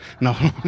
No